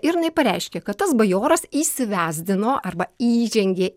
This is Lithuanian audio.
ir jinai pareiškė kad tas bajoras įsivezdino arba įžengė